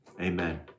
Amen